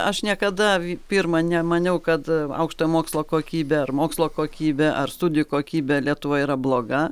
aš niekada pirma nemaniau kad aukštojo mokslo kokybė ar mokslo kokybė ar studijų kokybė lietuvoje yra bloga